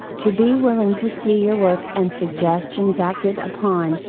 to be willing to see your work and suggestions acted upon,